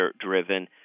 driven